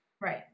right